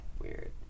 Weird